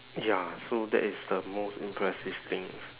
ya so that is the most impressive things